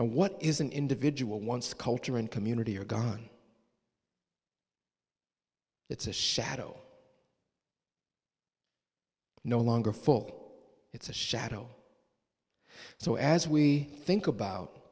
what is an individual once the culture and community are gone it's a shadow no longer full it's a shadow so as we think about